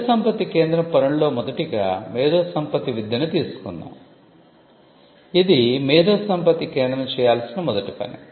మేధోసంపత్తి కేంద్రం పనులలో మొదటిగా మేధోసంపత్తి విద్యను తీసుకుందాం ఇది మేధోసంపత్తి కేంద్రం చేయాల్సిన మొదటి పని